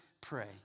pray